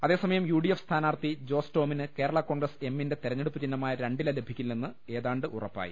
അതേസമയം യുഡിഎഫ് സ്ഥാനാർത്ഥി ജോസ് ടോമിന് കേരളാ കോൺഗ്രസ് എമ്മിന്റെ തിരഞ്ഞെടുപ്പു ചിഹ്നമായ രണ്ടില ലഭിക്കില്ലെന്ന് ഏതാണ്ട് ഉറപ്പായി